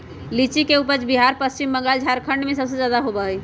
लीची के उपज बिहार पश्चिम बंगाल झारखंड में सबसे ज्यादा होबा हई